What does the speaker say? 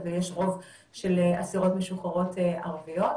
אבל יש רוב של אסירות משוחררות ערביות.